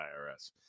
IRS